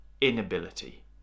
inability